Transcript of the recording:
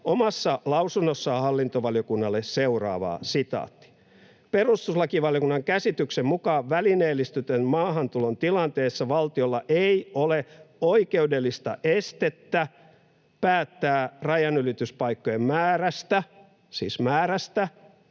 omassa lausunnossaan hallintovaliokunnalle seuraavaa: ”Perustuslakivaliokunnan käsityksen mukaan välineellistetyn maahantulon tilanteessa valtiolla ei ole oikeudellista estettä päättää rajanylityspaikkojen määrästä” — siis määrästä